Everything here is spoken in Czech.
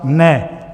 Ne.